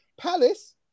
Palace